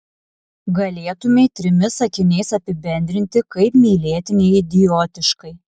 galėtumei trimis sakiniais apibendrinti kaip mylėti neidiotiškai